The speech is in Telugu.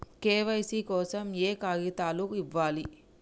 కే.వై.సీ కోసం ఏయే కాగితాలు ఇవ్వాలి?